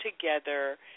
together